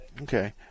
Okay